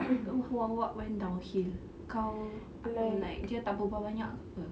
who are what went downhill kau I mean like dia tak berbual banyak ke [pe]